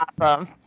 awesome